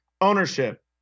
Ownership